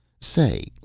say,